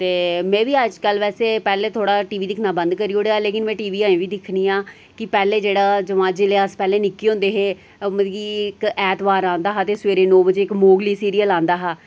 ते में बी अज्जकल वैसे पैह्ले थोह्ड़ा टीवी दिक्खना बंद करी ओड़ेआ लेकिन मैं टीवी अजें बी दिक्खनी आं कि पैह्लें जेह्ड़ा जमा जेल्लै अस पैह्लें निक्के होंदे हे मतलब कि इक ऐतवार आंदा हा ते सवेरे नौ बजे इक मोगली सीरियल आंदा हा